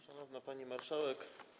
Szanowna Pani Marszałek!